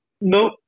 No